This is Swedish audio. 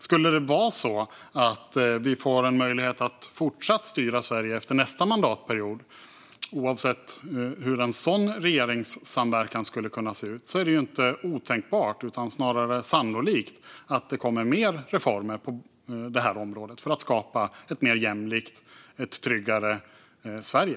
Om det skulle vara så att vi får möjlighet att fortsätta att styra Sverige nästa mandatperiod, oavsett hur en sådan regeringssamverkan skulle se ut, är det inte otänkbart utan snarare sannolikt att det kommer mer reformer på området för att skapa ett mer jämlikt och tryggare Sverige.